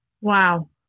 Wow